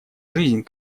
жизнь